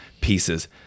pieces